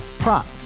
Prop